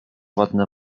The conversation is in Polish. ładne